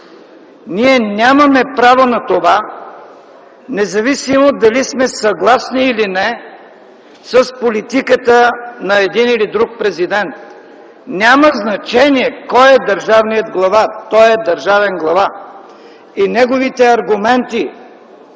Ние нямаме право на това, независимо дали сме съгласни или не с политиката на един или друг президент. Няма значение кой е държавният глава. Той е държавен глава и неговите аргументи